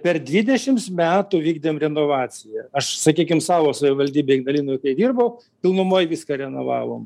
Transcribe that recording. per dvidešims metų vykdėm renovaciją aš sakykim savo savivaldybėj ignalinoj kai dirbau pilnumoj viską renovavom